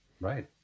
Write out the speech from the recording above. Right